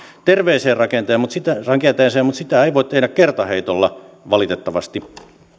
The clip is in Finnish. terveeseen rakenteeseen mutta sitä ei voi tehdä kertaheitolla valitettavasti